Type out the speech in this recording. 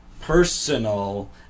personal